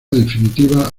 definitiva